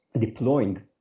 deploying